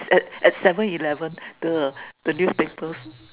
at at Seven Eleven the the newspaper